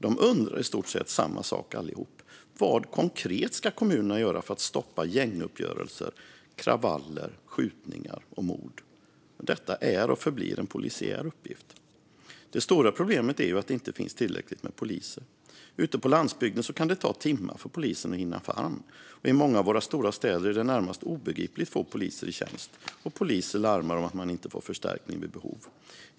De undrar i stort sett samma sak, allihop: Vad konkret ska kommunerna göra för att stoppa gänguppgörelser, kravaller, skjutningar och mord? Detta är och förblir en polisiär uppgift. Det stora problemet är att det inte finns tillräckligt med poliser. Ute på landsbygden kan det ta timmar för polisen att hinna fram. I många av våra stora städer är det närmast obegripligt få poliser i tjänst, och poliser larmar om att de inte får förstärkning vid behov.